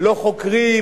לא "חוקרים",